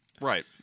Right